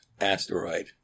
asteroid